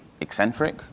eccentric